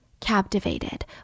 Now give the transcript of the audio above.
captivated